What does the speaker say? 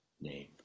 name